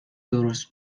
درست